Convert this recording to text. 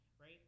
right